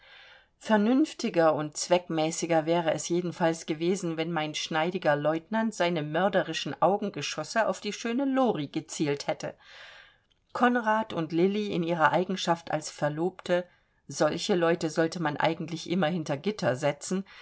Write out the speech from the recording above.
vernünftiger und zweckmäßiger wäre es jedenfalls gewesen wenn mein schneidiger lieutenant seine mörderischen augengeschosse auf die schöne lori gezielt hätte konrad und lilli in ihrer eigenschaft als verlobte solche leute sollte man eigentlich immer hinter gitter setzen